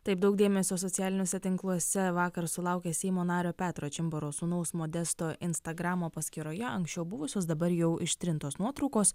taip daug dėmesio socialiniuose tinkluose vakar sulaukė seimo nario petro čimbaro sūnaus modesto instagramo paskyroje anksčiau buvusios dabar jau ištrintos nuotraukos